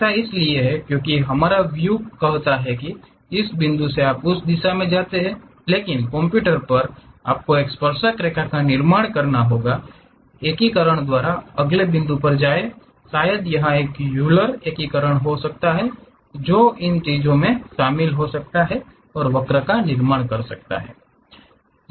ऐसा इसलिए है क्योंकि हमारा व्यू कहता है कि इस बिंदु से आप उस दिशा में जाते हैं लेकिन कंप्यूटर पर आपको एक स्पर्शक रेखा का निर्माण करना होगा एकीकरण द्वारा अगले बिंदु पर जाएं शायद यह एक यूलर एकीकरण हो सकता है जो ईन चीजों में शामिल हों और वक्र क निर्माण करें